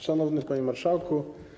Szanowny Panie Marszałku!